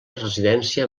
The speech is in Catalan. residència